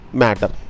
matter